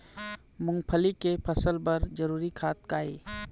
मूंगफली के फसल बर जरूरी खाद का ये?